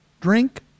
drink